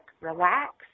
relax